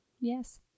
yes